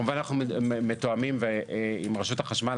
כמובן שאנחנו מתואמים עם רשות החשמל,